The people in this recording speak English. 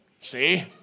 see